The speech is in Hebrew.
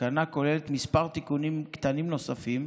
כמה תיקונים קטנים נוספים,